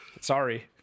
Sorry